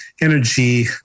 energy